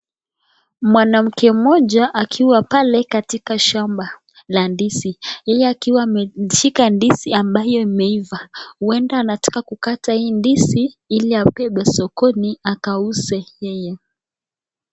Mwanamke mmoja akiwa pale katika shamba la ndizi, yeye akiwa ameshika ndizi ambayo imeiva. Huenda anataka kukata hii ndizi ili abebe sokoni akauze yeye.